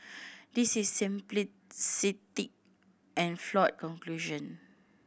this is simplistic and flawed conclusion